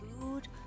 food